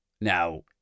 Now